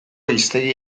hiztegi